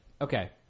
Okay